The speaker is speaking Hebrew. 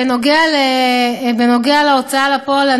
בנוגע להוצאה לפועל,